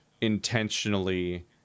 intentionally